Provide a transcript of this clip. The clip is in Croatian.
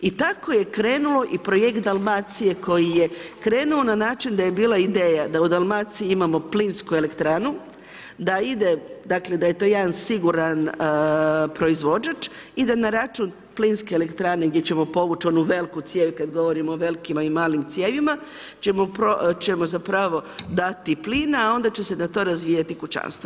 I tako je krenulo i projekt Dalmacije koji je krenuo na način da je bila ideja da u Dalmaciji imamo plinsku elektranu, dakle da je to jedan siguran proizvođač i da na račun plinske elektrane gdje ćemo povući onu veliku cijev kad govorimo o velikim i malim cijevima ćemo zapravo dati plina a onda će se na to razvijati kućanstvo.